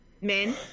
men